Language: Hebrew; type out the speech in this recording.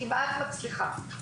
כמעט מצליחה.